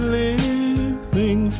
living